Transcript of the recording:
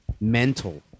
mental